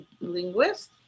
linguist